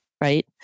right